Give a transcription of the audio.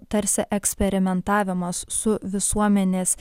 tarsi eksperimentavimas su visuomenės